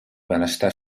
benestar